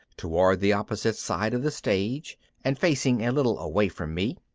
toward the opposite side of the stage and facing a little away from me.